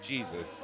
Jesus